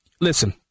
listen